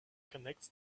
connects